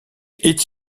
est